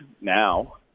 now